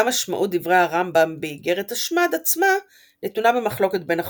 גם משמעות דברי הרמב"ם באיגרת השמד עצמה נתונה במחלוקת בין החוקרים.